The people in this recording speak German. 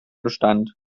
bestand